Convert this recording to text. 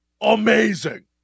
amazing